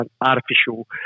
artificial